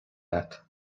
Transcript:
agat